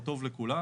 הוא טוב לכולם.